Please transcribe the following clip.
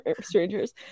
strangers